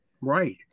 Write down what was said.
Right